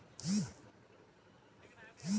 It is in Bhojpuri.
जलवायु और मौसम में का अंतर होला?